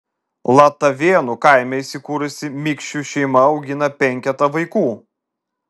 latavėnų kaime įsikūrusi mikšių šeima augina penketą vaikų